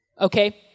Okay